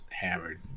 hammered